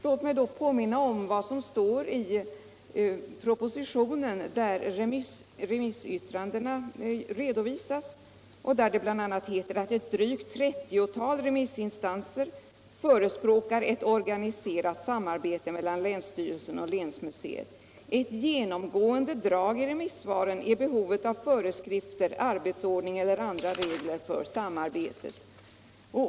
Låt mig då påminna om vad som står i propositionen, där remissyttranden redovisas och där det bl.a. heter: ”Ett drygt trettiotal remissinstanser ——— förespråkar ett organiserat samarbete mellan länsstyrelsen och länsmuseet. Ett genomgående drag i remissvaren är behovet av föreskrifter, arbetsordning eller andra regler för samarbetet.